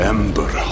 Ember